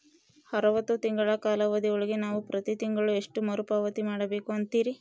ಅರವತ್ತು ತಿಂಗಳ ಕಾಲಾವಧಿ ಒಳಗ ನಾವು ಪ್ರತಿ ತಿಂಗಳು ಎಷ್ಟು ಮರುಪಾವತಿ ಮಾಡಬೇಕು ಅಂತೇರಿ?